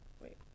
Wait